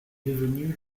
devenue